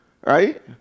Right